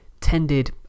tended